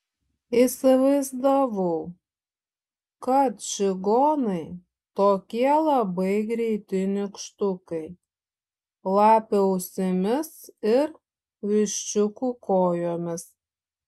įsivaizdavau kad čigonai tokie labai greiti nykštukai lapių ausimis ir viščiukų kojomis